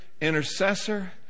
intercessor